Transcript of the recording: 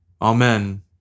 Amen